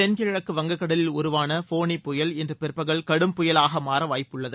தென்கிழக்கு வங்க கடலில் உருவான ஃபோனி புயல் இன்று பிற்பகல் கடும் புயலாக மாற வாய்ப்புள்ளது